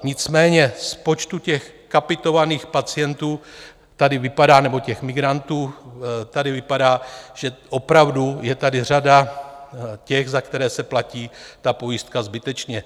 Nicméně z počtu těch kapitovaných pacientů tady vypadá, nebo těch migrantů tady vypadá, že opravdu je tady řada těch, za které se platí pojistka zbytečně.